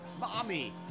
mommy